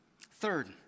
Third